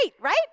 right